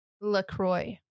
Lacroix